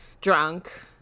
drunk